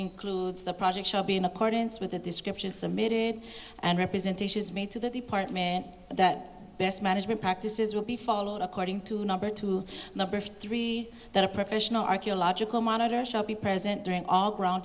includes the project shall be in accordance with the description submitted and representations made to the department that best management practices will be followed according to number two number three that a professional archaeological monitor shall be present during all ground